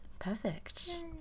Perfect